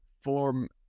form